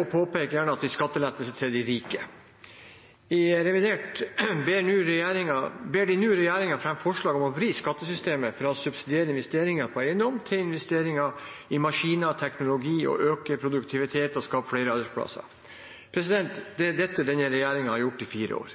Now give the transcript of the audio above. å påpeke at det er skattelettelser til de rike. I revidert ber de nå regjeringen fremme forslag om å vri skattesystemet fra å subsidiere investeringer på eiendom til investeringer i maskiner og teknologi og øke produktiviteten og skape flere arbeidsplasser. Det er dette denne regjeringen har gjort i fire år,